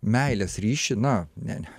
meilės ryšį na ne